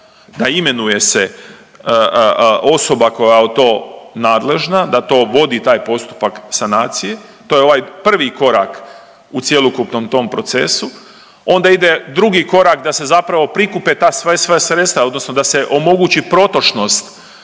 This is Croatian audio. da imenuje se osoba koja je to nadležna da to vodi taj postupak sanacije. To je ovaj prvi korak u cjelokupnom tom procesu. Onda ide drugi korak da se zapravo prikupe sva ta sredstva odnosno da se omogući protočnost